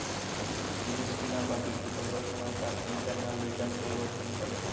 জিনিস কিনা বা বিক্রি করবার সময় তার ইন্টারনাল রিটার্ন পরিবর্তন করে